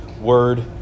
word